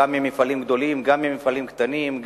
גם ממפעלים גדולים וגם ממפעלים קטנים,